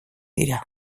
dira